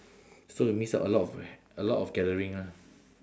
so that means a lot of a lot of gathering lah